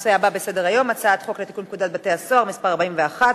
לנושא הבא בסדר-היום: הצעת חוק לתיקון פקודת בתי-הסוהר (מס' 41),